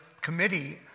committee